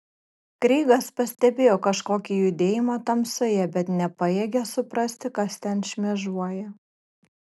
kreigas pastebėjo kažkokį judėjimą tamsoje bet nepajėgė suprasti kas ten šmėžuoja